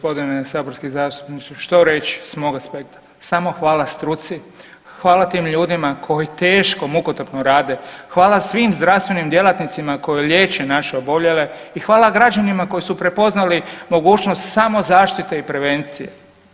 Poštovani g. saborski zastupniče što reći s mog aspekta, samo hvala struci, hvala tim ljudima koji teško i mukotrpno rade, hvala svim zdravstvenim djelatnicima koji liječe naše oboljele i hvala građanima koji su prepoznali mogućnost samozaštite i prevencije.